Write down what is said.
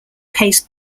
pace